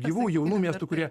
gyvų jaunų miestų kurie